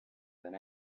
than